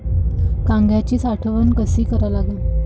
कांद्याची साठवन कसी करा लागते?